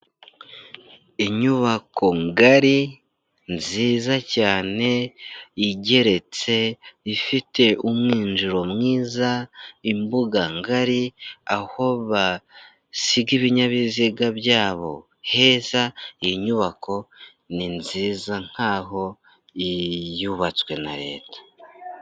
Inyubako ngari nziza cyane igeretse ifite umwinzuro mwiza, imbuganga ngari, aho basiga ibinyabiziga byabo heza, inyubako ni nziza nk'aho yubatswe na Leta.